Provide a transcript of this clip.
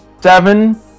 seven